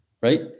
right